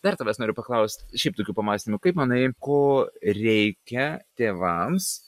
dar tavęs noriu paklaust šiaip tokių pamąstymų kaip manai ko reikia tėvams